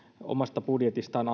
omasta budjetistaan